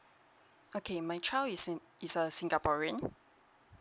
okay my child is a is a singaporean